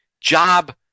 job